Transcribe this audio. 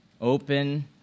open